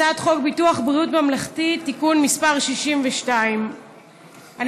הצעת חוק ביטוח בריאות ממלכתי (תיקון מס' 62). אני